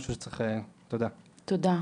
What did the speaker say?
תודה, תומר.